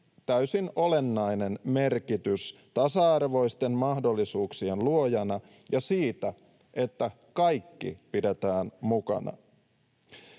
täysin olennainen merkitys tasa-arvoisten mahdollisuuksien luojana ja siinä, että kaikki pidetään mukana.